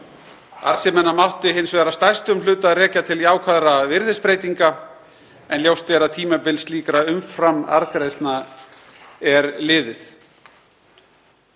Arðsemina mátti hins vegar að stærstum hluta rekja til jákvæðra virðisbreytinga en ljóst er að tímabil slíkra umframarðgreiðslna er liðið.